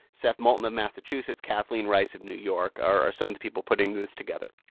seth moulton of massachusetts, kathleen rice of new york are some of the people putting this together.